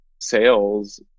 sales